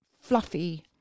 fluffy